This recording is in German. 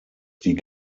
die